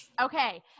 Okay